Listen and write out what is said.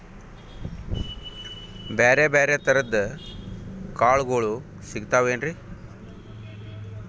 ಬ್ಯಾರೆ ಬ್ಯಾರೆ ತರದ್ ಕಾಳಗೊಳು ಸಿಗತಾವೇನ್ರಿ?